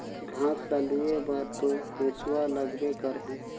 घास ल लूए बर तो हेसुआ लगबे करही